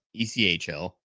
echl